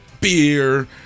beer